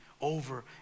over